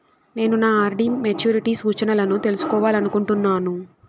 నేను నా RD maturity సూచనలను తెలుసుకోవాలనుకుంటున్నాను